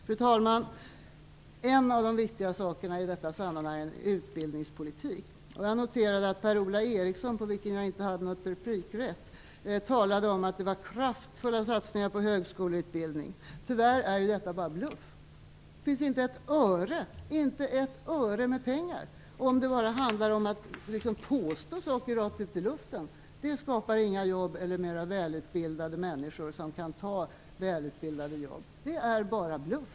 Fru talman! En av de viktiga sakerna i detta sammanhang är utbildningspolitik. Jag noterar att Per-Ola Eriksson, på vilken jag inte hade replikrätt, talade om kraftfulla satsningar på högskoleutbildning. Tyvärr är ju detta bara bluff. Det finns inte ett öre i pengar. Att bara påstå saker rakt ut i luften skapar inga jobb eller mera välutbildade människor som kan ta de jobb som kräver utbildning. Det är bara bluff!